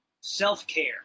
self-care